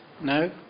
No